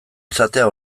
izatea